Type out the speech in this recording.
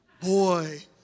boy